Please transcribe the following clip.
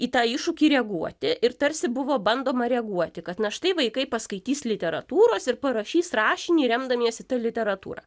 į tą iššūkį reaguoti ir tarsi buvo bandoma reaguoti kad na štai vaikai paskaitys literatūros ir parašys rašinį remdamiesi ta literatūra